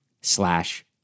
slash